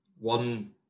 one